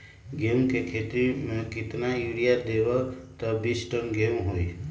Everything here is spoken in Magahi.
गेंहू क खेती म केतना यूरिया देब त बिस टन गेहूं होई?